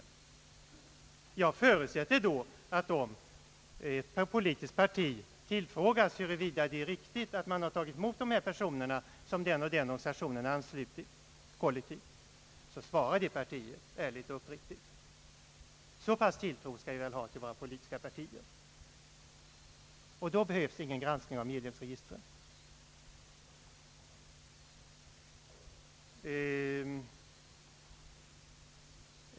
Jag förutsätter då att ett parti svarar uppriktigt, om det tillfrågas om det är riktigt att det tagit emot personer som är anslutna kollektivt. Så pass stor tilltro skall vi väl ha till våra politiska partier, och då behövs ingen granskning av medlemsregistret.